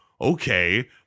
Okay